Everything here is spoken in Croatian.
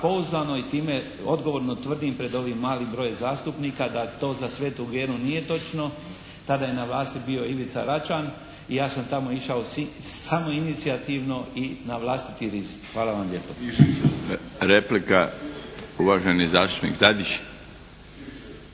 pouzdano i time odgovorno tvrdim pred ovim malim brojem zastupnika da to za svetu Geru nije točno. Tada je na vlasti bio Ivica Račan i ja sam tamo išao samoinicijativno i na vlastiti rizik. Hvala vam lijepo. **Milinović, Darko